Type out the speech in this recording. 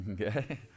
Okay